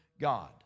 God